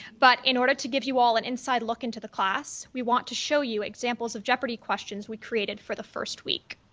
but in order to give you all an inside look into the class, we want to show you examples of jeopardy questions we created for the first week.